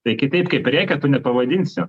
tai kitaip kaip reketu nepavadinsi